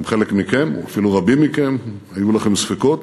גם חלק מכם, אפילו רבים מכם, היו לכם ספקות,